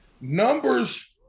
numbers